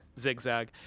zigzag